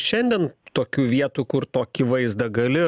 šiandien tokių vietų kur tokį vaizdą gali